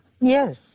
Yes